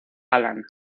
hallan